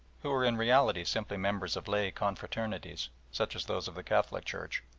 who are in reality simply members of lay confraternities, such as those of the catholic church,